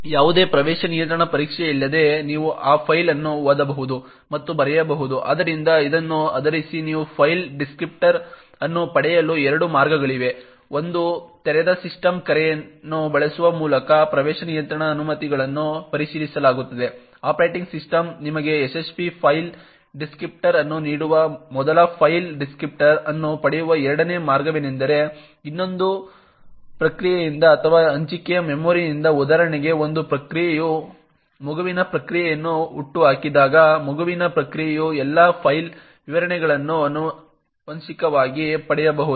ಯಾವುದೇ ಪ್ರವೇಶ ನಿಯಂತ್ರಣ ಪರೀಕ್ಷೆಯಿಲ್ಲದೆ ನೀವು ಆ ಫೈಲ್ ಅನ್ನು ಓದಬಹುದು ಮತ್ತು ಬರೆಯಬಹುದು ಆದ್ದರಿಂದ ಇದನ್ನು ಆಧರಿಸಿ ನೀವು ಫೈಲ್ ಡಿಸ್ಕ್ರಿಪ್ಟರ್ ಅನ್ನು ಪಡೆಯಲು ಎರಡು ಮಾರ್ಗಗಳಿವೆ ಒಂದು ತೆರೆದ ಸಿಸ್ಟಮ್ ಕರೆಯನ್ನು ಬಳಸುವ ಮೂಲಕ ಪ್ರವೇಶ ನಿಯಂತ್ರಣ ಅನುಮತಿಗಳನ್ನು ಪರಿಶೀಲಿಸಲಾಗುತ್ತದೆ ಆಪರೇಟಿಂಗ್ ಸಿಸ್ಟಮ್ ನಿಮಗೆ ಯಶಸ್ವಿ ಫೈಲ್ ಡಿಸ್ಕ್ರಿಪ್ಟರ್ ಅನ್ನು ನೀಡುವ ಮೊದಲು ಫೈಲ್ ಡಿಸ್ಕ್ರಿಪ್ಟರ್ ಅನ್ನು ಪಡೆಯುವ ಎರಡನೇ ಮಾರ್ಗವೆಂದರೆ ಇನ್ನೊಂದು ಪ್ರಕ್ರಿಯೆಯಿಂದ ಅಥವಾ ಹಂಚಿಕೆಯ ಮೆಮೊರಿಯಿಂದ ಉದಾಹರಣೆಗೆ ಒಂದು ಪ್ರಕ್ರಿಯೆಯು ಮಗುವಿನ ಪ್ರಕ್ರಿಯೆಯನ್ನು ಹುಟ್ಟುಹಾಕಿದಾಗ ಮಗುವಿನ ಪ್ರಕ್ರಿಯೆಯು ಎಲ್ಲಾ ಫೈಲ್ ವಿವರಣೆಗಳನ್ನು ಆನುವಂಶಿಕವಾಗಿ ಪಡೆಯಬಹುದು